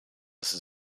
ist